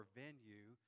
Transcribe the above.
venue